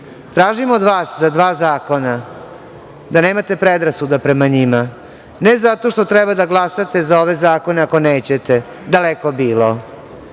tražim od vas za dva zakona da nemate predrasuda prema njima, ne zato što treba da glasate za ove zakone ako nećete, daleko bilo,